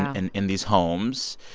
and in these homes.